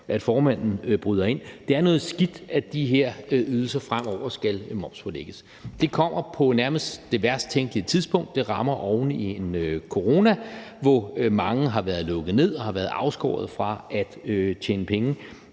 at formanden bryder ind – at de her ydelser fremover skal momspålægges. Det kommer på det nærmest værst tænkelige tidspunkt; det rammer oven i en corona, hvor mange steder har været lukket ned og mange har været afskåret fra at tjene penge